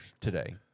today